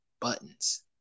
buttons